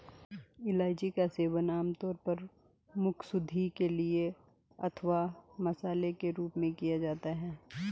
इलायची का सेवन आमतौर पर मुखशुद्धि के लिए अथवा मसाले के रूप में किया जाता है